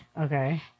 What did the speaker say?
Okay